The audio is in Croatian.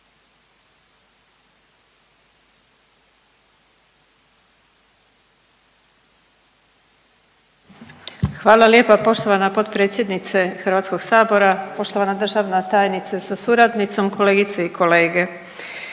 Hvala lijepo poštovana potpredsjednice HS, poštovana državna tajnice sa suradnicom, kolegice i kolege.